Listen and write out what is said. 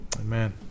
Amen